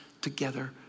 together